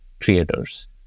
creators